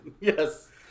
Yes